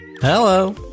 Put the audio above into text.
Hello